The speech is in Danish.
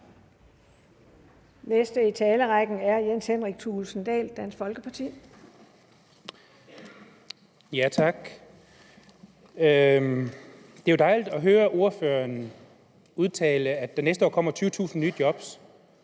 næste i talerrækken er Jens Henrik Thulesen Dahl, Dansk Folkeparti. Kl. 13:53 Jens Henrik Thulesen Dahl (DF): Det er jo dejligt at høre ordføreren udtale, at der næste år kommer 20.000 nye job.